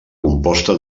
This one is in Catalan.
composta